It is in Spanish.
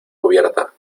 cubierta